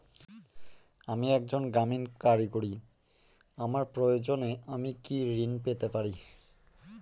আমি একজন গ্রামীণ কারিগর আমার প্রয়োজনৃ আমি কি ঋণ পেতে পারি?